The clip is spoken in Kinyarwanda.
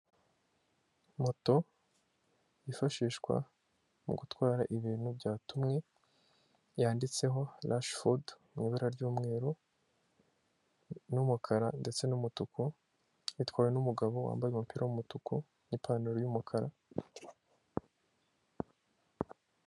Moto yifashishwa mu gutwara ibintu byatumwe yanditseho rashifudu mu ibara ry'umweru n'umukara ndetse n'umutuku, itwawe n'umugabo wambaye umupira w'umutuku n'ipantaro y'umukara.